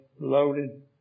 loaded